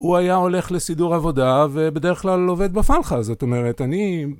הוא היה הולך לסידור עבודה, ובדרך כלל עובד בפלחה, זאת אומרת, אני...